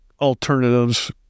alternatives